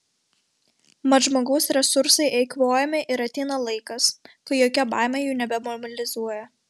mat žmogaus resursai eikvojami ir ateina laikas kai jokia baimė jų nebemobilizuoja